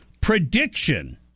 prediction